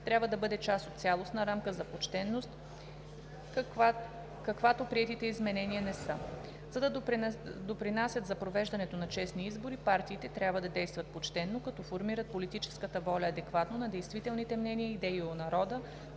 трябва да бъде част от цялостна рамка за почтеност, каквато приетите изменения не са. За да допринасят за провеждането на честни избори, партиите трябва да действат почтено, като формират политическата воля адекватно на действителните мнения и идеи у народа